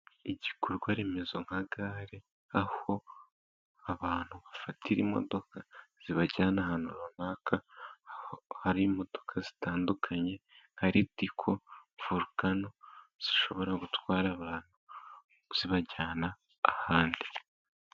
Igikorwa remezo nka gare aho abantu bafatira imodoka zibajyana ahantu runaka, hari imodoka zitandukanye nka Ritiko, vorukano zishobora gutwara abantu zibajyana ahandi.